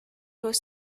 was